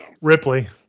Ripley